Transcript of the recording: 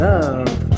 Love